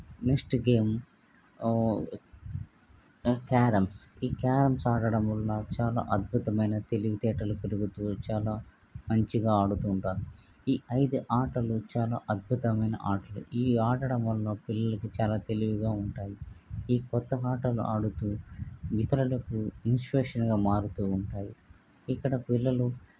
next game carroms ఈ carroms ఆడటం వలన చాలా అద్భుతమైన తెలివి తేటలు పెరుగుతూ చాలా మంచిగా ఆడుతూ ఉంటారు ఈ ఐదు ఆటలు చాలా అద్భుతమైన ఆటలు ఇవి ఆడటం వల్ల పిల్లలకి చాలా తెలివిగా ఉంటాయి ఈ క్రొత్త ఆటలు ఆడుతూ ఇతరులకు ఇన్స్పిరేషన్గా మారుతూ ఉంటాయి ఇక్కడ పిల్లలు